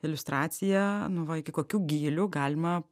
iliustracija nu va iki kokių gylių galima